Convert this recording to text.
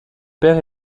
père